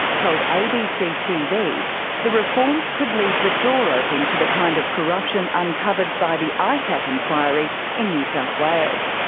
told abc tv the reforms could leave the door open to the kind of corruption uncovered by the icac inquiry in new south wales.